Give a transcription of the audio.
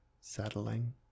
settling